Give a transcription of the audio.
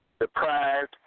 deprived